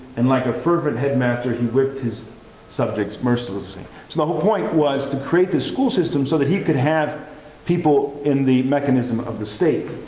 and like a fervent headmaster, he whipped his subjects mercilessly. the whole point was to create the school system so that he could have people in the mechanism of the state.